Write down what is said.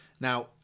Now